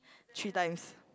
three times